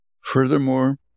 Furthermore